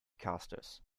casters